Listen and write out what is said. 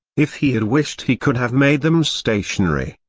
if he had wished he could have made them stationary.